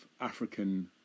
African